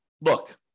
look